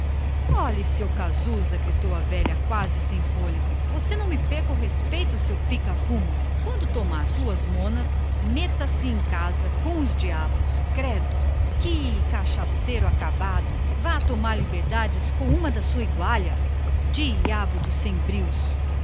olhe seu casusa gritou a velha quase sem fôlego você não me perca o respeito seu pica fumo quando tomar suas monas meta se em casa com os diabos credo que cachaceiro acabado vá tomar liberdade com quem lhas dá diabo do sem brios